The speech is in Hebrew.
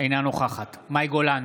אינה נוכחת מאי גולן,